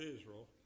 Israel